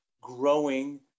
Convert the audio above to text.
growing